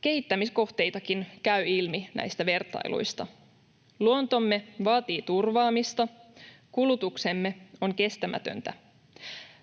Kehittämiskohteitakin käy ilmi näistä vertailuista. Luontomme vaatii turvaamista. Kulutuksemme on kestämätöntä.